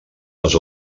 les